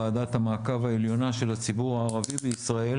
ועדת המעקב העליונה לציבור הערבי בישראל